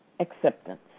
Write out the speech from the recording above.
Acceptance